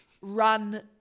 run